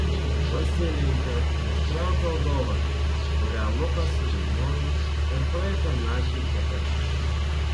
pasilenkiau ir ištraukiau dovaną kurią lukas suvyniojo ir praeitą naktį čia padėjo